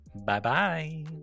Bye-bye